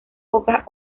pocas